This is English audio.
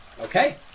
Okay